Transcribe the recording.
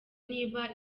niba